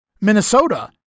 Minnesota